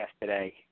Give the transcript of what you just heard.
yesterday